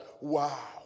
wow